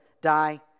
die